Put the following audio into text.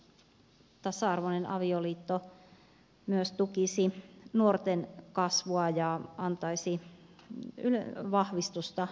ja näen että tasa arvoinen avioliitto myös tukisi nuorten kasvua ja antaisi vahvistusta nuorelle